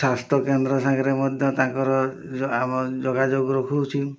ସ୍ୱାସ୍ଥ୍ୟକେନ୍ଦ୍ର ସାଙ୍ଗରେ ମଧ୍ୟ ତାଙ୍କର ଆମ ଯୋଗାଯୋଗ ରଖୁଛି